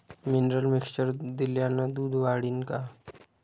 Mineral mixture दिल्यानं दूध वाढीनं का?